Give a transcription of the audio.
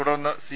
തുടർന്ന് സി